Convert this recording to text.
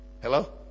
Hello